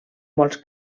molts